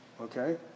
okay